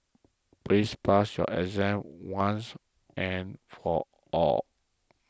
please pass your exam once and for all